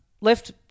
Left